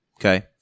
okay